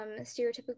stereotypical